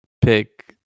pick